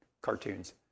cartoons